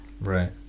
Right